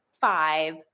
five